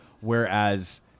whereas